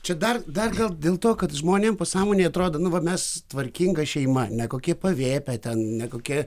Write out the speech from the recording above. čia dar dar gal dėl to kad žmonėm pasąmonėj atrodo nu va mes tvarkinga šeima ne kokie pavėpę ten ne kokie